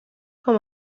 com